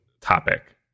topic